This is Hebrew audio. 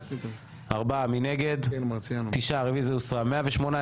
בעד, 4 נגד, 9 נמנעים, אין לא אושר.